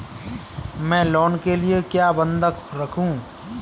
मैं लोन के लिए क्या बंधक रखूं?